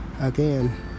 again